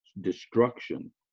destruction